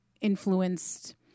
influenced